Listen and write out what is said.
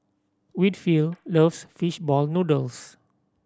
Winfield loves fish ball noodles